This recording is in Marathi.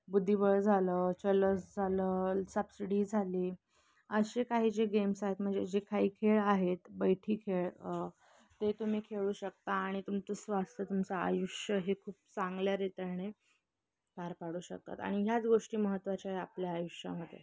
बुद्धिबळ झालं चलस झालं सापशिडी झाली असे काही जे गेम्स आहेत म्हणजे जे काही खेळ आहेत बैठे खेळ ते तुम्ही खेळू शकता आणि तुमचं स्वास्थ्य तुमचं आयुष्य हे खूप चांगल्या रीतीने पार पाडू शकता आणि ह्याच गोष्टी महत्त्वाच्या आहे आपल्या आयुष्यामध्ये